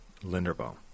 Linderbaum